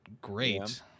great